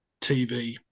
TV